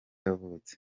yavutse